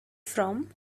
from